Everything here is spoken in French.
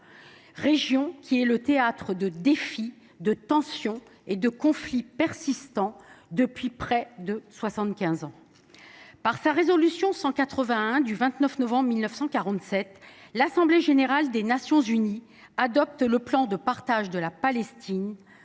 quinze ans, le théâtre de défis, de tensions et de conflits persistants. Par sa résolution 181 du 29 novembre 1947, l’assemblée générale des Nations unies a adopté le plan de partage de la Palestine,